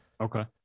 Okay